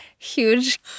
Huge